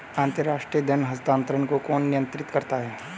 अंतर्राष्ट्रीय धन हस्तांतरण को कौन नियंत्रित करता है?